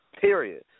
Period